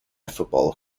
football